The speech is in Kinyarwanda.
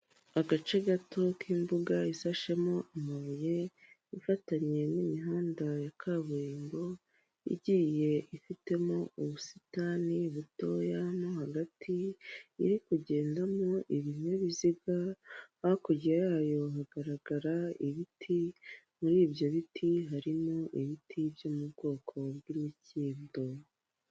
Agace gato k'imbuga isashemo amabuye, ifatanye n'imihanda ya kaburimbo, igiye ifitemo ubusitani butoya mo hagati, iri kugendamo ibinyabiziga, hakurya yayo hagaragara ibiti, muri ibyo biti harimo ibiti byo mu bwoko bw'imikindo.